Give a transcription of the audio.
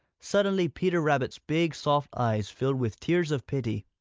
suddenly peter rabbit's big, soft eyes filled with tears of pity.